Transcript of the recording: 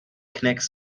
connects